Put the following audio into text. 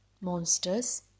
monsters